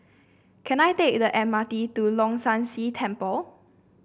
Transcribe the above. can I take the M R T to Leong San See Temple